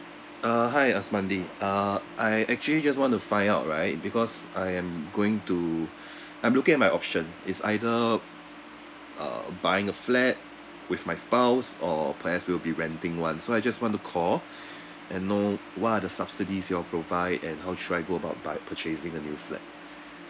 uh hi asmandi ah I actually just want to find out right because I am going to I'm looking at my option it's either uh buying a flat with my spouse or perhaps we'll be renting one so I just want to call and know what are the subsidies you all provide and how should I go about by purchasing a new flat